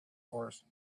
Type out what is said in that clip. horse